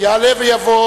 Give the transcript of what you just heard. יעלה ויבוא